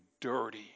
dirty